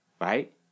Right